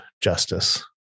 justice